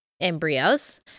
embryos